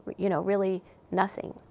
you know, really nothing.